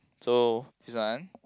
so this one